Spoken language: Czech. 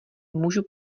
můžu